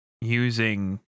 using